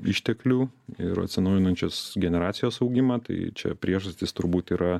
išteklių ir atsinaujinančios generacijos augimą tai čia priežastys turbūt yra